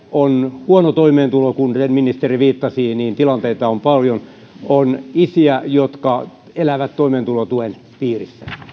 on huono toimeentulo kuten ministeri viittasi on paljon on isiä jotka elävät toimeentulotuen piirissä